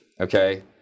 okay